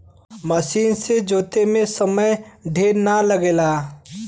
मसीन से जोते में समय ढेर ना लगला